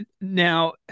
now